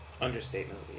Understatement